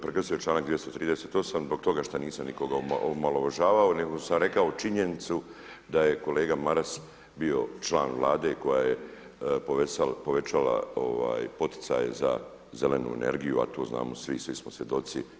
Prekršio je članak 238. zbog toga što nisam nikoga omalovažavao, nego sam rekao činjenicu da je kolega Maras bio član Vlade koja je povećala poticaj za zelenu energiju, a to znamo svi, svi smo svjedoci.